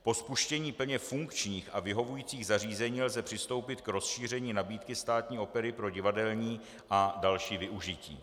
Po spuštění plně funkčních a vyhovujících zařízení lze přistoupit k rozšíření nabídky Státní opery pro divadelní a další využití.